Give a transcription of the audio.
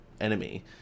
enemy